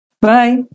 Bye